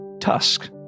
tusk